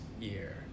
year